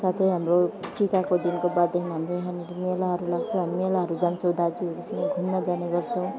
साथै हाम्रो टिकाको दिनको बादमा हाम्रो यहाँनेर मेलाहरू लाग्छ हामी मेलाहरू जान्छौँ दाजुहरूसँग घुम्न जाने गर्छौँ